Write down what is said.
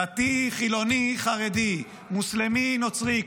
דתי, חילוני, חרדי, מוסלמי, נוצרי,